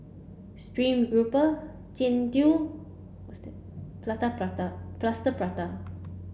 Stream Grouper Jian Dui Prata Plaster Prata